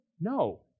No